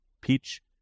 peach